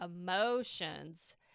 emotions